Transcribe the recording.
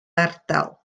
ardal